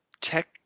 tech